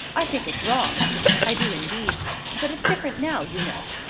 i think it's wrong i do indeed but it's different now, you know.